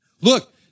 look